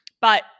but-